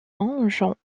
enfants